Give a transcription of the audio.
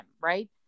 right